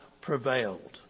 prevailed